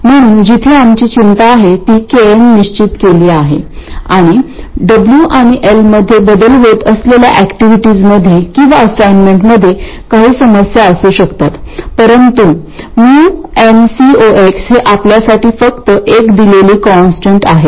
म्हणून जिथे आमची चिंता आहे ती Kn निश्चित केली आहे आणि W आणि Lमध्ये बदल होत असलेल्या अक्टीविटीजमध्ये किंवा असाइनमेंटमध्ये काही समस्या असू शकतात परंतु µnCox हे आपल्यासाठी फक्त एक दिलेली कॉन्स्टंट आहे